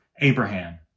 Abraham